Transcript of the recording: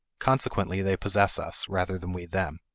consequently they possess us, rather than we them.